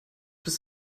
bist